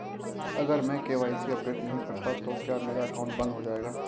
अगर मैं KYC update नहीं करता तो क्या मेरा अकाउंट बंद हो जाएगा?